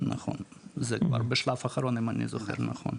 זה כבר בשלב אחרון, אם אני זוכר נכון.